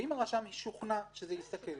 ואם הרשם שוכנע שזה יסכל,